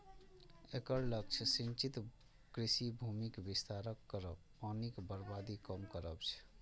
एकर लक्ष्य सिंचित कृषि भूमिक विस्तार करब, पानिक बर्बादी कम करब छै